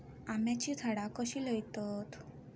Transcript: आम्याची झाडा कशी लयतत?